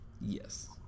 Yes